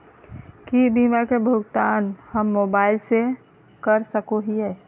की बीमा के भुगतान हम मोबाइल से कर सको हियै?